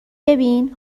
ببین